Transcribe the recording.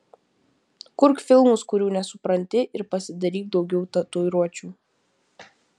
kurk filmus kurių nesupranti ir pasidaryk daugiau tatuiruočių